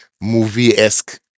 movie-esque